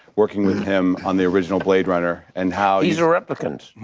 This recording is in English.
working with him on the original blade runner and how he's a replicant.